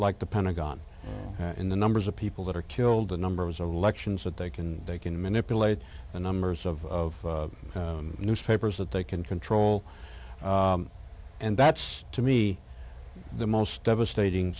like the pentagon and the numbers of people that are killed the numbers of elections that they can they can manipulate the numbers of newspapers that they can control and that's to me the most devastating